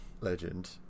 legend